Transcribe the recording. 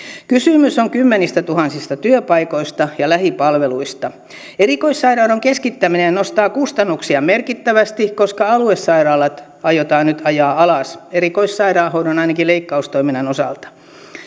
kysymys on kymmenistätuhansista työpaikoista ja lähipalveluista erikoissairaanhoidon keskittäminen nostaa kustannuksia merkittävästi koska aluesairaalat aiotaan nyt ajaa alas erikoissairaanhoidon ainakin leikkaustoiminnan osalta